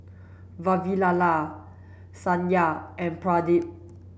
Vavilala Satya and Pradip